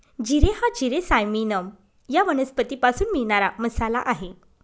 जिरे हा जिरे सायमिनम या वनस्पतीपासून मिळणारा मसाला आहे